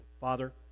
Father